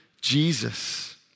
Jesus